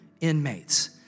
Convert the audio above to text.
inmates